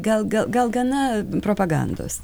gal gal gal gana propagandos